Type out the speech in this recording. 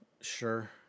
sure